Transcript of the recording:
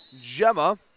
Gemma